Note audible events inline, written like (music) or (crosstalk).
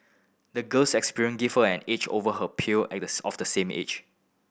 the girl's experience gave her an edge over her peer (unintelligible) of the same age